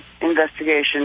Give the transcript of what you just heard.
investigation